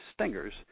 stingers